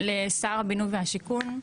לשר הבינוי והשיכון,